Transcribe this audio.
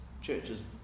churches